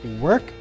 work